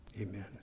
Amen